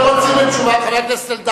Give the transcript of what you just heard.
לקחת 250,000 300,000 איש,